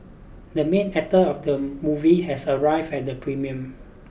the main actor of the movie has arrived at the premium